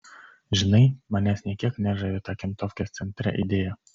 žinai manęs nė kiek nežavi ta kentofkės centre idėja